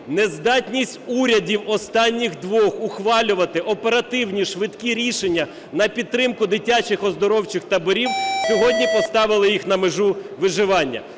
нездатність урядів останніх двох ухвалювати оперативні, швидкі рішення на підтримку дитячих оздоровчих таборів сьогодні поставили їх на межу виживання.